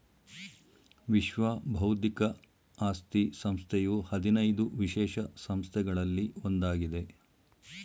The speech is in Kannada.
ವಿಶ್ವ ಬೌದ್ಧಿಕ ಆಸ್ತಿ ಸಂಸ್ಥೆಯು ಹದಿನೈದು ವಿಶೇಷ ಸಂಸ್ಥೆಗಳಲ್ಲಿ ಒಂದಾಗಿದೆ